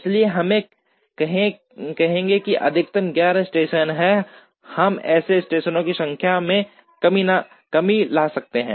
इसलिए हम कहेंगे कि अधिकतम 11 स्टेशन हैं हम कैसे स्टेशनों की संख्या में कमी ला सकते हैं